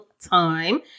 time